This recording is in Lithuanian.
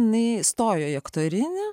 jinai įstojo į aktorinį